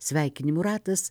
sveikinimų ratas